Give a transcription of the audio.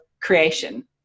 creation